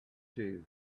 two